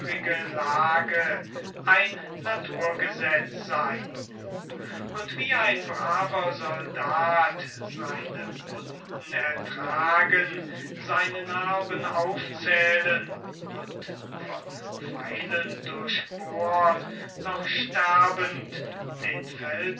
lage ein naturgesetz sei und wie ein braver soldat seine wunden ertragen seine narben aufzählen und von pfeilen durchbohrt noch sterbend den